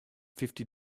fifty